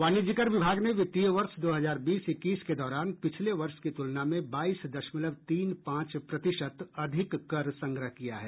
वाणिज्यकर विभाग ने वित्तीय वर्ष दो हजार बीस इक्कीस के दौरान पिछले वर्ष की तुलना में बाईस दशमलव तीन पांच प्रतिशत अधिक कर संग्रह किया है